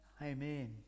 amen